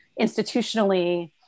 institutionally